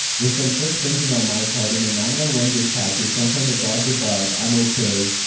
with some quick thinking on my part and a nine one one dispatcher sent from the gods above, i'm okay.